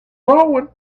rowing